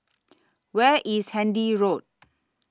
Where IS Handy Road